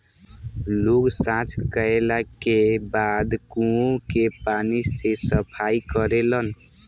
लोग सॉच कैला के बाद कुओं के पानी से सफाई करेलन